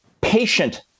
patient